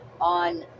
on